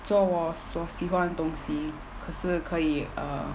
做我所喜欢的东西可是可以 err